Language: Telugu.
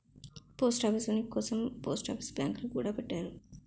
పోస్ట్ ఆఫీస్ ఉనికి కోసం పోస్ట్ ఆఫీస్ బ్యాంకులు గూడా పెట్టారు